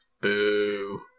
Boo